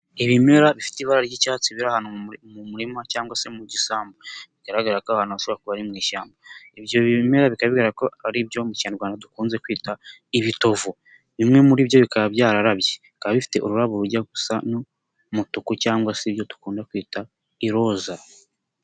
Ibimera bifite ibara ry'icyatsi biri ahantu mu murima cyangwa se mu gisambu, bigaragara ko aho hantu hashobora kuba ari mu ishyamba, ibyo bimera bikaba bigaragara ko ari ibyo mu Kinyarwanda dukunze kwita ibitovu, bimwe muri byo bikaba byararabye, bikaba bifite ururabo rujya gusa n'umutuku cyangwa se ibyo dukunda kwita iroza.